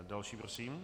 Další prosím.